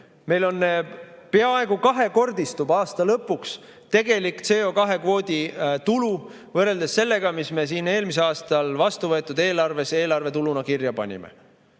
Meil peaaegu kahekordistub aasta lõpuks tegelik CO2‑kvoodi tulu võrreldes sellega, mis me siin eelmisel aastal vastu võetud eelarves tuluna kirja panime.